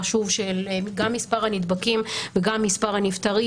של גם מספר הנבדקים וגם מספר הנפטרים,